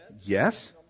Yes